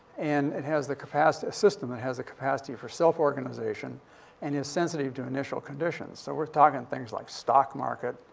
and it has the capacity a system that has the capacity for self-organization and is sensitive to initial conditions. so we're talkin' things like stock market,